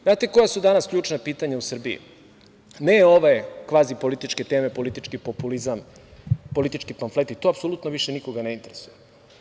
Znate koja su danas ključna pitanja u Srbiji, ne ove kvazi političke teme, politički populizam, politički pamfleti, to apsolutno nikoga više ne interesuje?